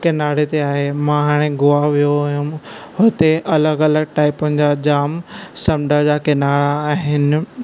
किनारे ते आहे मां हाणे गोवा वियो हुयुमि हुते अलगि॒ अलगि॒ टाइपनि जा जाम समुंडु जा किनारा आहिनि